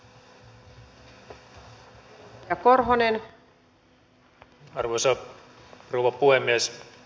arvoisa rouva puhemies